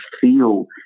feel